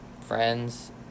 friends